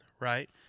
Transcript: right